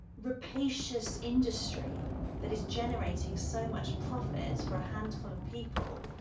rapacious industry that is generating so much profit for a handful of people,